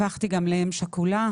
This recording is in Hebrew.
הפכתי גם לאם שכולה.